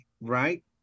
right